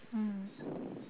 mm